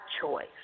choice